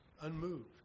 unmoved